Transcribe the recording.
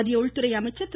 மத்திய உள்துறை அமைச்சர் திரு